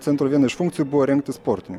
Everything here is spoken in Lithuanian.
centro viena iš funkcijų buvo rengti sportininkus